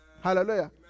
Hallelujah